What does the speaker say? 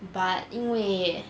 but 因为